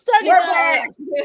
starting